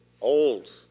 Old